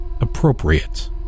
appropriate